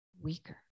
weaker